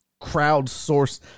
crowdsource